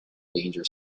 danger